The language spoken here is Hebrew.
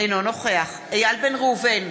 אינו נוכח איל בן ראובן,